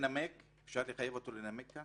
אפשר לחייב אותו לנמק?